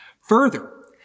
Further